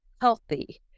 healthy